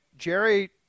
Jerry